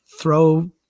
throw